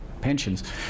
pensions